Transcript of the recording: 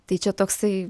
tai čia toksai